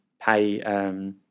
pay